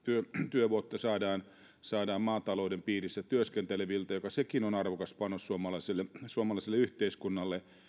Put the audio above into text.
työvuotta saadaan saadaan maatalouden piirissä työskenteleviltä mikä sekin on arvokas panos suomalaiselle suomalaiselle yhteiskunnalle